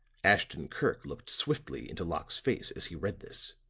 ashton-kirk looked swiftly into locke's face as he read this